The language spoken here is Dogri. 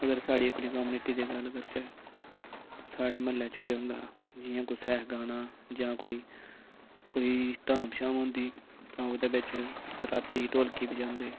अगर साढ़ी अपनी कामनिटी दी गल्ल करचै ते साढ़े म्हल्ले च केह् होंदा जियां कुसै गाना जां कोई कोई धाम शाम होंदी तां ओह्दे बिच्च रातीं ढोलकी बजांदे